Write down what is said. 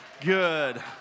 Good